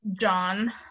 John